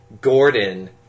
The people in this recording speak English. Gordon